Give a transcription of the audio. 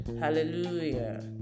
Hallelujah